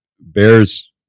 Bears